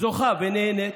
זוכה ונהנית